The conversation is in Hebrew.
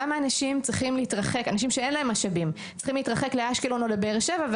למה אנשים שאין להם משאבים צריכים להתרחק לאשקלון או לבאר שבע,